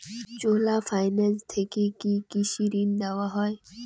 চোলা finance থেকে কি কৃষি ঋণ দেওয়া হয়?